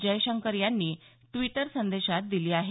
जयशंकर यांनी ड्विटर संदेशात दिली आहे